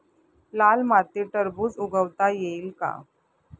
लाल मातीत टरबूज उगवता येईल का?